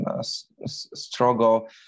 struggle